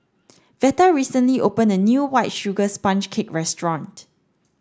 Veta recently opened a new white sugar sponge cake restaurant